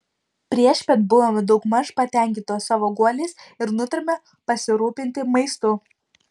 priešpiet buvome daugmaž patenkintos savo guoliais ir nutarėme pasirūpinti maistu